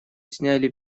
сняли